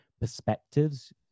perspectives